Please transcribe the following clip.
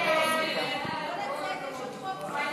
ההצעה להעביר את הצעת חוק גנים